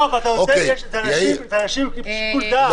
לא, אבל זה אנשים עם שיקול דעת.